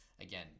again